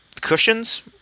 cushions